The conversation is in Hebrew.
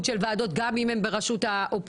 של הוועדות גם אם הן בראשות האופוזיציה